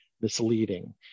misleading